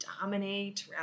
dominate